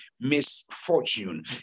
misfortune